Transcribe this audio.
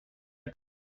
way